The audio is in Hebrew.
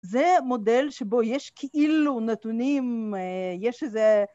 זה מודל שבו יש כאילו נתונים, יש איזה